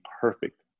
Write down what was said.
perfect